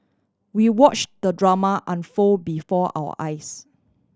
we watch the drama unfold before our eyes